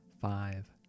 five